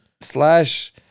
slash